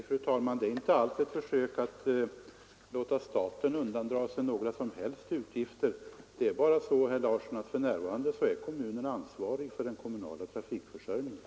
Fru talman! Det är inte alls något försök av staten att undandra sig utgifter, men det förhåller sig så, herr Larsson i Staffanstorp, att kommunerna i dag är ansvariga för den kommunala trafikförsörjningen.